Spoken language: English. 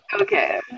Okay